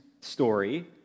story